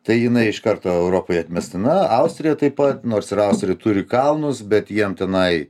tai jinai iš karto europai atmestina austrija taip pat nors ir austrija turi kalnus bet jiem tenai